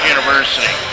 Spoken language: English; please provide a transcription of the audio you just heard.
University